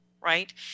right